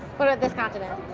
what about this continent?